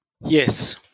Yes